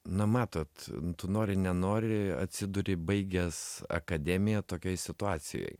na matot tu nori nenori atsiduri baigęs akademiją tokioj situacijoj